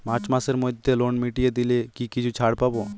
March মাসের মধ্যে loan মিটিয়ে দিলে কি কিছু ছাড় পাব?